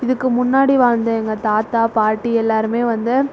இதுக்கு முன்னாடி வாழ்ந்த எங்கள் தாத்தா பாட்டி எல்லோருமே வந்து